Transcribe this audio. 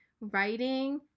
writing